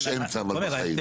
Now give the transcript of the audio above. יש אמצע בחיים, אבל.